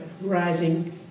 rising